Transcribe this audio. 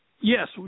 Yes